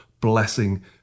blessing